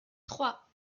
trois